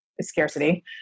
scarcity